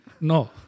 No